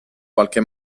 qualche